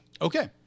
Okay